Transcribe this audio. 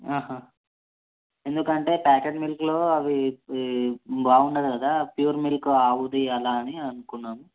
ఎందుకంటే ప్యాకెట్ మిల్క్లో అవి బాగుండదు కదా ప్యూర్ మిల్క్ ఆవుది అలా అని అనుకున్నాను